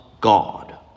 God